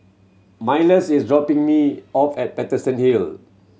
Myles is dropping me off at Paterson Hill